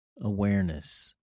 awareness